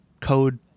code